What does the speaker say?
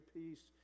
peace